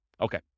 Okay